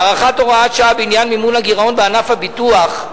הארכת הוראת השעה בעניין מימון הגירעון בענף הביטוח,